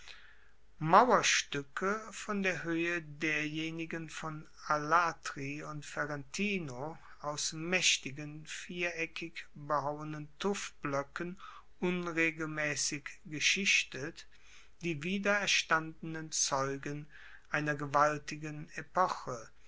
sind mauerstuecke von der hoehe derjenigen von alatri und ferentino aus maechtigen viereckig behauenen tuffbloecken unregelmaessig geschichtet die wiedererstandenen zeugen einer gewaltigen epoche